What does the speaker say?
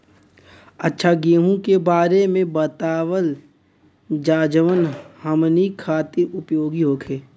अच्छा गेहूँ के बारे में बतावल जाजवन हमनी ख़ातिर उपयोगी होखे?